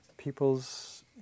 people's